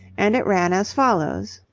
and it ran as follows